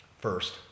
First